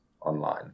online